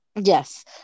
Yes